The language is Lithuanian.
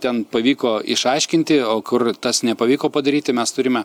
ten pavyko išaiškinti o kur tas nepavyko padaryti mes turime